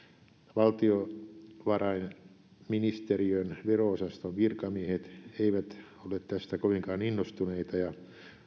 valtiovarainministeriön vero osaston virkamiehet eivät ole tästä kovinkaan innostuneita ja